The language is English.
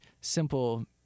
simple